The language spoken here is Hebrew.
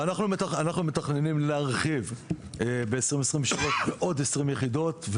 ואנחנו מתכננים להרחיב ב-2023 בעוד 20 יחידות.